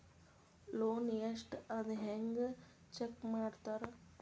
loan ಎಷ್ಟ್ ಅದ ಹೆಂಗ್ ಚೆಕ್ ಮಾಡ್ತಾರಾ